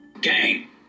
Game